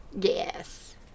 Yes